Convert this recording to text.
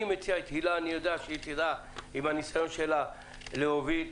אני מציע את הילה כי אני יודע שהיא עם הניסיון שלה תדע להוביל.